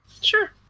Sure